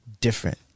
different